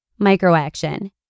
Microaction